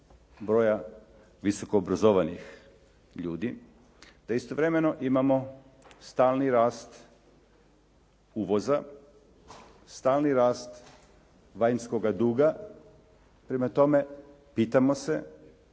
broja visoko obrazovanih ljudi. Da istovremeno imamo stalni rast uvoza, stalni rast vanjskoga duga. Prema tome pitamo se